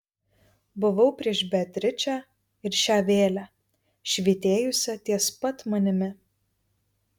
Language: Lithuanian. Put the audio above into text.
buvau prieš beatričę ir šią vėlę švytėjusią ties pat manimi